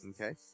Okay